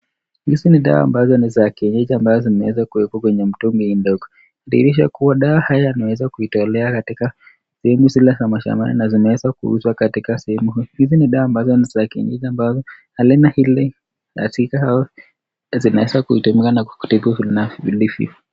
Hizi ni dawa ambazo ni za kienyeji ambazo zimeweza kuwekwa kwenye mtungi hii ndogo kudhihirisha kuwa dawa haya yanaweza kuitolewa katika sehemu zile za mashambani na zimeweza kuuzwa katika sehemu. Hizi ni dawa ambazo ni za kienyeji ambao aina ile ya kikao zimeweza kutengenezwa vilivyo.